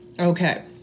Okay